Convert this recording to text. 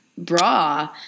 bra